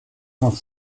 nach